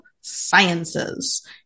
sciences